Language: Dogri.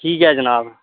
ठीक ऐ जनाब